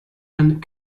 and